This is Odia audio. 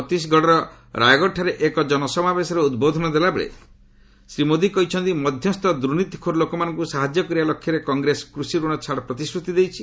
ଛତିଶଗଡ଼ର ରାୟଗଡ଼ଠାରେ ଏକ ଜନସମାବେଶରେ ଉଦ୍ବୋଧନ ଦେଲାବେଳେ ଶ୍ରୀ ମୋଦି କହିଛନ୍ତି ମଧ୍ୟସ୍ଥ ଓ ଦୁର୍ନୀତିଖୋର ଲୋକମାନଙ୍କୁ ସାହାଯ୍ୟ କରିବା ଲକ୍ଷ୍ୟରେ କଂଗ୍ରେସ କୃଷିରଣ ଛାଡ଼ ପ୍ରତିଶ୍ରତି ଦେଉଛି